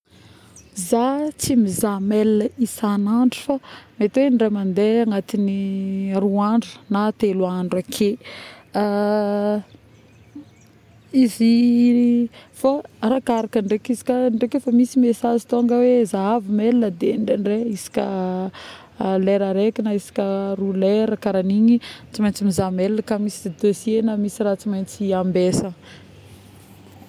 Zaho tsy mizaha mail isan'andro fa mety indray mandeha agnaty˂noise˃roa andro na telo andro ake˂hesitation˃ izy fô arakaraka ndraiky izy ka indraiky misy message tonga hoe zahava mail de ndraindray isaka lera araiky na isaka roa lera karaha igny tsy maintsy mizaha mail kôa misy dossier na raha tsy maintsy ambesagna